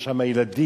יש שם ילדים,